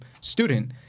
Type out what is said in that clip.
student